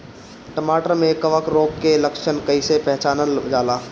टमाटर मे कवक रोग के लक्षण कइसे पहचानल जाला?